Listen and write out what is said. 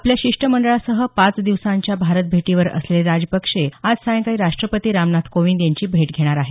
आपल्या शिष्टमंडळासह पाच दिवसांच्या भारत भेटीवर असलेले राजपक्षे आज सायंकाळी राष्टपती रामनाथ कोविंद यांची भेट घेणार आहेत